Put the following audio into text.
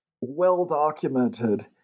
well-documented